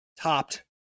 topped